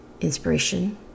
inspiration